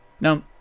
Now